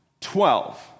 Twelve